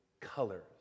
colors